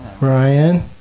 Ryan